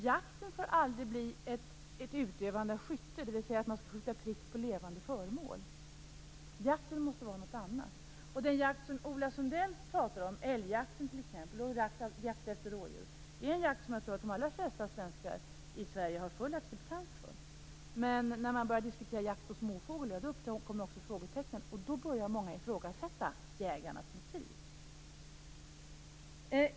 Jakten får aldrig bli ett utövande av skytte, dvs. att skjuta prick på levande föremål. Jakten måste vara något annat. Den jakt som Ola Sundell pratar om, t.ex. älgjakt och jakt efter rådjur, är en jakt som jag tror att de allra flesta svenskar har full acceptans för. Men när man börjar diskutera jakt på småfågel uppkommer frågetecknen, och då börjar många ifrågasätta jägarnas motiv.